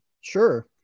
Sure